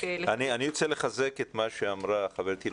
אני רוצה לחזק את מה שאמרה חברתי.